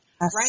Right